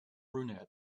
brunette